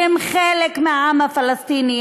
שהם חלק מהעם הפלסטיני,